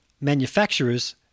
manufacturers